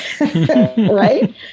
right